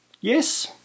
Yes